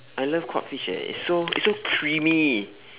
I love cod fish eh it's so it's so creamy